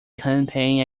campaign